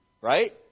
right